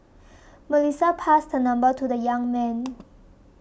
Melissa passed her number to the young man